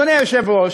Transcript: אדוני היושב-ראש,